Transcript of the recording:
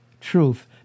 truth